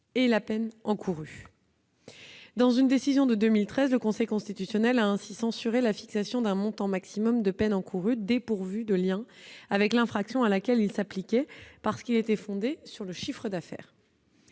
et la peine encourue. Ainsi, dans une décision de 2013, le Conseil constitutionnel a censuré la fixation d'un montant maximal de peine encourue dépourvu de lien avec l'infraction à laquelle il s'appliquait, parce qu'il était fondé sur le chiffre d'affaires.